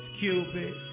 Cupid